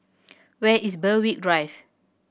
where is Berwick Drive